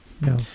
No